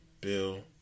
Bill